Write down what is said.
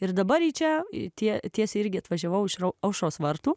ir dabar čia tie tiesiai irgi atvažiavau iš aušros vartų